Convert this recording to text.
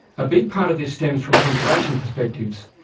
a big part of this stems from conservation perspectives.